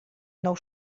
nou